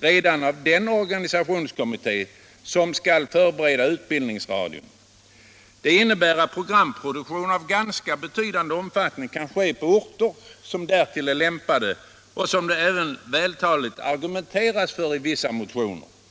redan av den organisationskommitté som skall förbereda utbildningsradion. Det innebär att programproduktion av en ganska betydande omfattning skall ske på orter som därtill är lämpade, vilket det också vältaligt har argumenterats för i vissa motioner.